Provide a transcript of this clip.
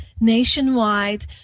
nationwide